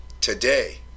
Today